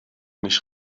nicht